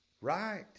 Right